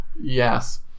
Yes